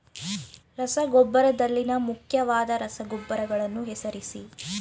ರಸಗೊಬ್ಬರದಲ್ಲಿನ ಮುಖ್ಯವಾದ ರಸಗೊಬ್ಬರಗಳನ್ನು ಹೆಸರಿಸಿ?